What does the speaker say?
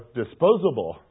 disposable